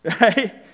right